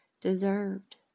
deserved